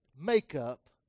Makeup